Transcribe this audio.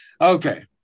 Okay